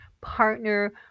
partner